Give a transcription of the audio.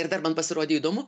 ir dar man pasirodė įdomu